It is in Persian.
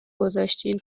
گذاشتین